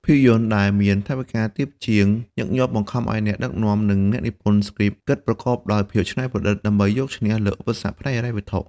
ភាពយន្តដែលមានថវិកាទាបជាញឹកញាប់បង្ខំឲ្យអ្នកដឹកនាំ និងអ្នកនិពន្ធស្គ្រីបគិតប្រកបដោយភាពច្នៃប្រឌិត ដើម្បីយកឈ្នះលើឧបសគ្គផ្នែកហិរញ្ញវត្ថុ។